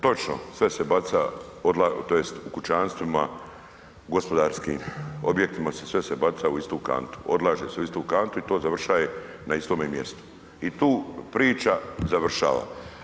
Točno, sve se baca, tj. u kućanstvima, u gospodarskim objektima sve se baca u istu kantu, odlaže se u istu kantu i to završava na istome mjestu i tu priča završava.